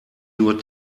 nur